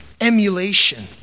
emulation